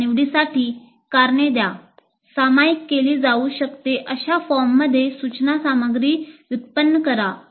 आपल्या निवडीसाठी कारणे द्या सामायिक केली जाऊ शकते अशा फॉर्ममध्ये सूचना सामग्री व्युत्पन्न करा